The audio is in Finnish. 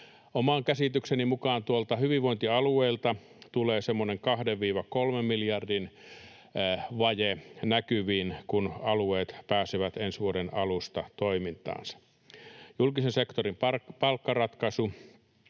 Oman käsitykseni mukaan tuolta hyvinvointialueilta tulee semmoinen kahden kolmen miljardin vaje näkyviin, kun alueet pääsevät ensi vuoden alusta toimintaan, julkisen sektorin palkkaratkaisu